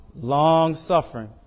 long-suffering